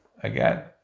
again